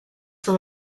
from